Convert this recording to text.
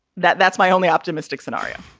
that that's my only optimistic scenario